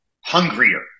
hungrier